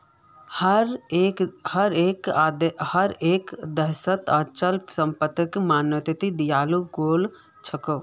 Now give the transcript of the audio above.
हर एक देशत अचल संपत्तिक मान्यता दियाल गेलछेक